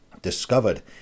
discovered